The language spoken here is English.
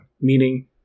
meaning